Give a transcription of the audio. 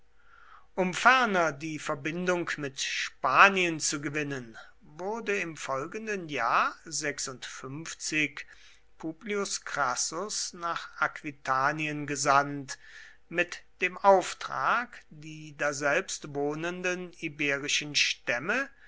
um ferner die verbindung mit spanien zu gewinnen wurde im folgenden jahr publius crassus nach aquitanien gesandt mit dem auftrag die daselbst wohnenden iberischen stämme